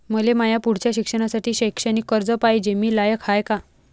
मले माया पुढच्या शिक्षणासाठी शैक्षणिक कर्ज पायजे, मी लायक हाय का?